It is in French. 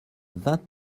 vingt